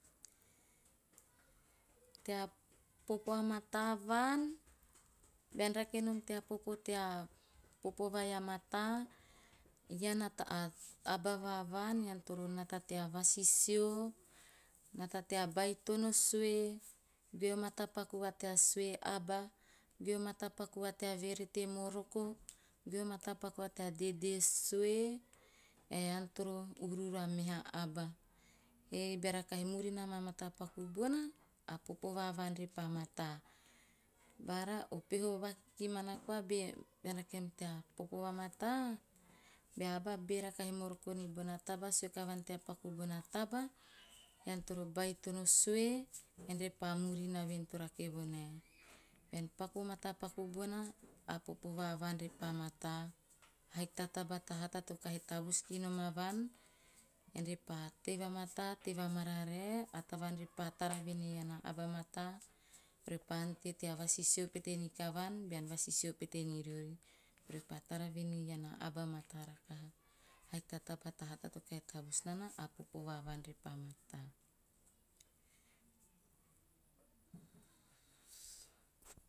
Tea popo a mata vaan, bean rake nom a popo tea popo vai a mata ean a aba va vaan ean toro nata tea vasisi, nata bai tono sue, ge mata paku va tea sue aba, goe mata paku va tea verete moroko, goe mata paku vatea dede sue. Ean toro uruuru a meha aba. Ta beara kahi murina ama mata paku bona a popo bona a popo bona a popo teara va vaan repa mataa. Paku bona a popo bona a popo teara va vaan repa mataa. Bara o peho vakikimana koa bean rake nom tea popo va mata, bea aba bera kahi moroko ni bona taba sue kivan tea paku bona taba ean toro baitono sue ean repa murina ven to rake vo nae bean paku o mata paku bona a popo va vaan repa mataa haik ta taba ta hata to tavus ki nom avan. Ean repa tei vamata, tei va mararae a tavaan repa tara venei ean a aba a mataa repa ante tea vasisio pete ni kavan bean vasisio pete ni riori. Orepa tara venei ean a aba mata ahaik ta taba ta hata to kahi tavus nana a popo vaan repa mataa.